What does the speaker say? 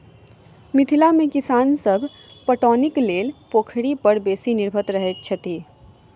मिथिला मे किसान सभ पटौनीक लेल पोखरि पर बेसी निर्भर रहैत छथि